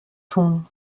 tun